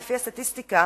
ולפי הסטטיסטיקה